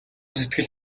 сэтгэл